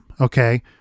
Okay